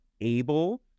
able